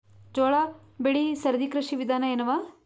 ಜೋಳ ಬೆಳಿ ಸರದಿ ಕೃಷಿ ವಿಧಾನ ಎನವ?